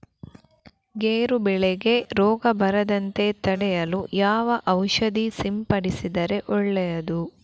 ಗೇರು ಬೆಳೆಗೆ ರೋಗ ಬರದಂತೆ ತಡೆಯಲು ಯಾವ ಔಷಧಿ ಸಿಂಪಡಿಸಿದರೆ ಒಳ್ಳೆಯದು?